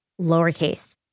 lowercase